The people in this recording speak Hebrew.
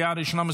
לקריאה ראשונה.